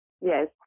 Yes